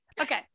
okay